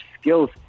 skills